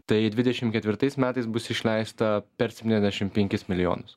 tai dvidešim ketvirtais metais bus išleista per septyniasdešim penkis milijonus